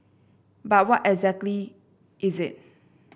but what exactly is it